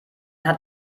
hat